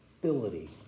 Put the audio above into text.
ability